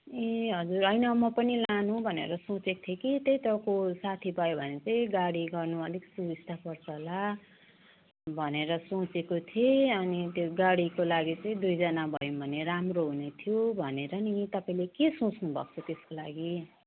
ए हजुर होइन म पनि लानु भनेर सोचेको थिएँ कि त्यही त को साथी पायो भने चाहिँ गाडी गर्नु अलिक सुबिस्ता पर्छ होला भनेर सोचेको थिएँ अनि त्यो गाडीको लागि चाहिँ दुईजना भयौँ भने राम्रो हुने थियो भनेर नि तपाईँले के सोच्नु भएको छ त्यस्को लागि